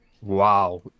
Wow